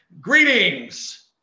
greetings